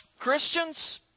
Christians